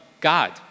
God